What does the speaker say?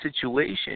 situation